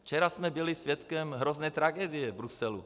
Včera jsme byli svědkem hrozné tragédie v Bruselu.